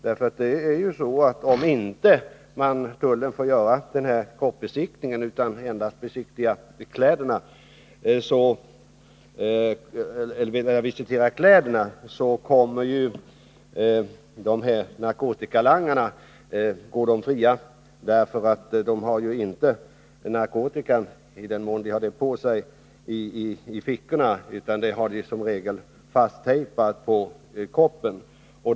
Om tullen inte får göra en kroppsbesiktning utan endast en kroppsvisitation går narkotikalangarna fria — i den mån de har narkotikan på sig har de den inte i fickorna, utan den är som regel fasttejpad på kroppen.